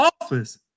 office